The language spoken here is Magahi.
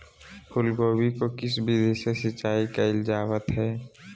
फूलगोभी को किस विधि से सिंचाई कईल जावत हैं?